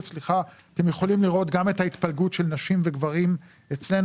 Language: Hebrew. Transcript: אתם יכולים לראות גם את ההתפלגות של נשים וגברים אצלנו,